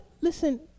listen